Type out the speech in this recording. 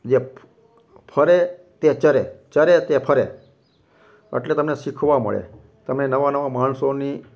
જે ફરે તે ચરે ચરે તે ફરે અટલે તમને શીખવા મળે તમને નવા નવા માણસોની